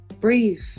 Breathe